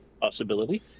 possibility